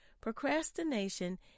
Procrastination